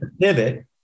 pivot